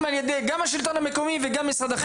על ידי השלטון המקומי וגם על ידי משרד החינוך.